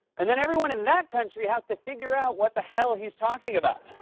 and then everyone in that country has to figure out what the hell he's talking about.